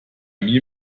mir